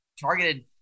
targeted